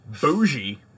Bougie